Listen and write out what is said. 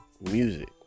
music